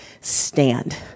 stand